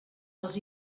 els